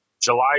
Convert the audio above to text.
July